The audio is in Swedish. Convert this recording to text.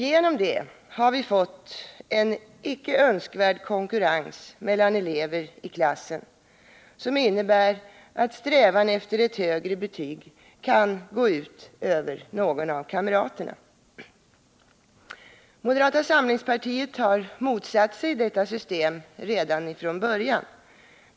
Genom det betygssystemet har vi fått en icke önskvärd konkurrens mellan elever i klassen, som innebär att strävan efter ett högre betyg kan gå ut över någon av kamraterna. Moderata samlingspartiet har motsatt sig detta system redan från början.